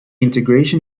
integration